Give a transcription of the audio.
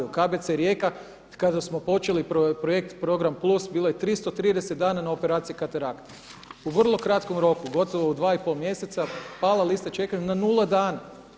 U KBC Rijeka kada smo počeli projekt program plus bilo je 330 dana na operaciji katerakta, u vrlo kratkom roku gotovo u dva i pol mjeseca pala lista čekanja na nula dana.